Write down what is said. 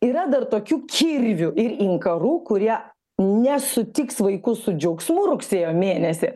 yra dar tokiųkirvių ir inkarų kurie nesutiks vaikus su džiaugsmu rugsėjo mėnesį